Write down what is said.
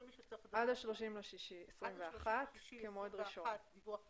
מי שצריך עד ה-30 ליוני 2021 הדיווח הראשון,